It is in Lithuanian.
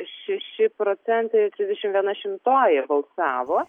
šeši procentai ir trisdešimt viena šimtoji balsavo